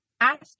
ask